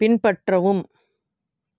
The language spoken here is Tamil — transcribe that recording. பின்பற்றவும்